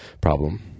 problem